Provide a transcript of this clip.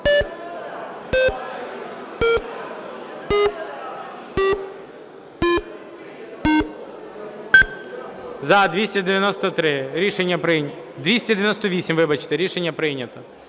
За-293 Рішення прийнято.